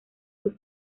sus